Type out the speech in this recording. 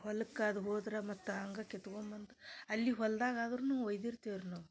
ಹೊಲಕ್ಕೆ ಅದು ಹೋದ್ರೆ ಮತ್ತೆ ಹಂಗೆ ಕಿತ್ಕೊಬಂದು ಅಲ್ಲಿ ಹೊಲ್ದಾಗ ಆದ್ರೂ ಒಯ್ದಿರ್ತೀವಿ ನಾವು